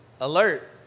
Alert